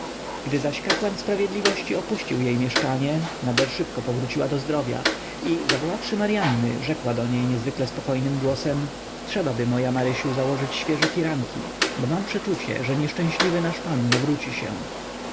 gdy zaś kapłan sprawiedliwości opuścił jej mieszkanie nader szybko powróciła do zdrowia i zawoławszy maryanny rzekła do niej niezwykle spokojnym głosem trzebaby moja marysiu założyć świeże firanki bo mam przeczucie że nieszczęśliwy nasz pan nawróci się